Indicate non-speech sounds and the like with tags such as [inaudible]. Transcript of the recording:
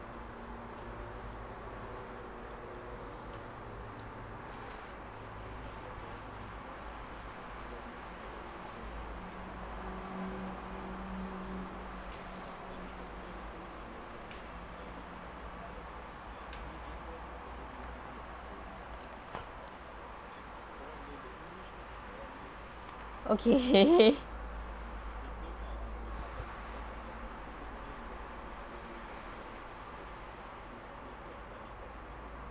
okay [laughs]